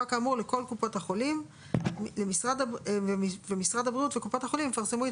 כאמור לכל קופות החולים ומשרד הבריאות וקופות החולים יפרסמו את